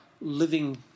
living